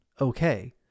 okay